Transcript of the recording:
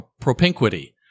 propinquity